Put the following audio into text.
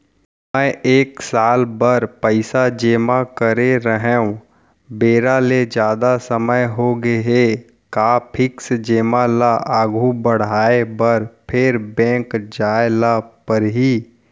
मैं एक साल बर पइसा जेमा करे रहेंव, बेरा ले जादा समय होगे हे का फिक्स जेमा ल आगू बढ़ाये बर फेर बैंक जाय ल परहि?